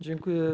Dziękuję.